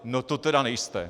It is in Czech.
No to tedy nejste.